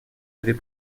avait